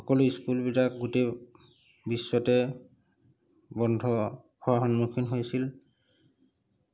সকলো স্কুলবিলাক গোটেই বিশ্বতে বন্ধ হোৱাৰ সন্মুখীন হৈছিল